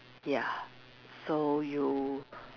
ya so you